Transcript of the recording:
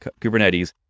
Kubernetes